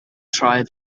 try